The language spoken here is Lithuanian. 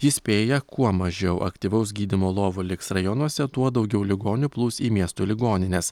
įspėja kuo mažiau aktyvaus gydymo lovų liks rajonuose tuo daugiau ligonių plūs į miesto ligonines